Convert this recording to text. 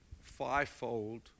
fivefold